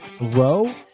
Row